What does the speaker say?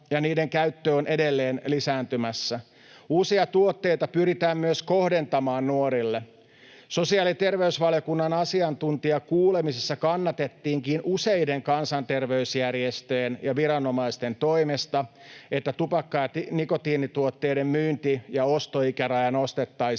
niiden käyttö on edelleen lisääntymässä. Uusia tuotteita pyritään myös kohdentamaan nuorille. Sosiaali- ja terveysvaliokunnan asiantuntijakuulemisessa kannatettiinkin useiden kansanterveysjärjestöjen ja viranomaisten toimesta, että tupakka- ja nikotiinituotteiden myynti- ja ostoikäraja nostettaisiin